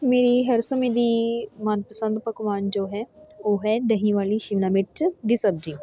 ਮੇਰੀ ਹਰ ਸਮੇਂ ਦੀ ਮਨਪਸੰਦ ਪਕਵਾਨ ਜੋ ਹੈ ਉਹ ਹੈ ਦਹੀਂ ਵਾਲੀ ਸ਼ਿਮਲਾ ਮਿਰਚ ਦੀ ਸਬਜ਼ੀ